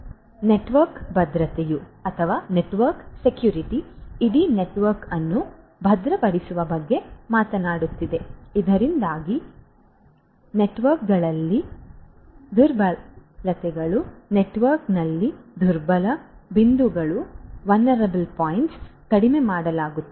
network ಭದ್ರತೆಯು ಇಡೀ network ಅನ್ನು ಭದ್ರಪಡಿಸುವ ಬಗ್ಗೆ ಮಾತನಾಡುತ್ತದೆ ಇದರಿಂದಾಗಿ ನೆಟ್ವರ್ಕ್ನಲ್ಲಿನ ದುರ್ಬಲತೆಗಳು ನೆಟ್ವರ್ಕ್ನಲ್ಲಿನ ದುರ್ಬಲ ಬಿಂದುಗಳನ್ನು ಕಡಿಮೆ ಮಾಡಲಾಗುತ್ತದೆ